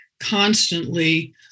constantly